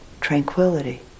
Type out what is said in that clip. tranquility